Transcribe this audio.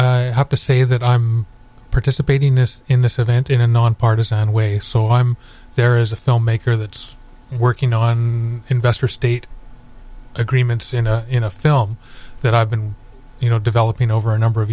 o have to say that i'm participating in this in this event in a nonpartizan way so i'm there as a filmmaker that's working on investor state agreements in a film that i've been you know developing over a number of